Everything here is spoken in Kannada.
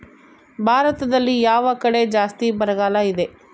ಭಾರತದಲ್ಲಿ ಯಾವ ಕಡೆ ಜಾಸ್ತಿ ಬರಗಾಲ ಇದೆ?